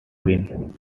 been